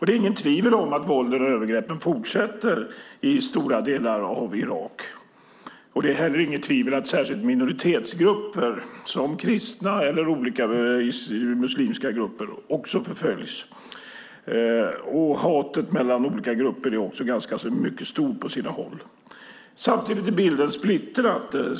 Det är inget tvivel om att våldet och övergreppen fortsätter i stora delar av Irak. Det är inte heller något tvivel om att särskilt minoritetsgrupper som kristna och olika muslimska grupper också förföljs. Hatet mellan olika grupper är också mycket stort på sina håll. Samtidigt är bilden splittrad.